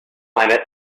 climate